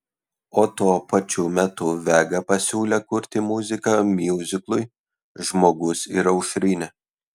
o tuo pačiu metu vega pasiūlė kurti muziką miuziklui žmogus ir aušrinė